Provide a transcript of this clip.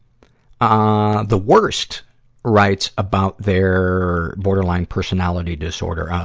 ah the worst writes about their borderline personality disorder.